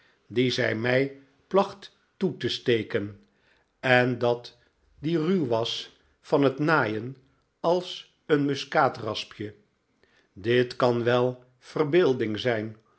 dien zij mij placht toe te steken en dat die ruw was van het naaien als een muskaatraspje dit kan wel verbeelding zijn